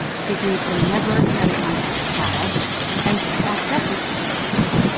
she agreed to never try to contact the child and she asked jessie for things, too.